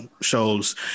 shows